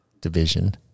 division